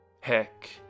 Heck